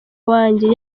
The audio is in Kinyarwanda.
wanjye